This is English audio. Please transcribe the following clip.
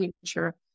future